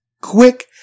quick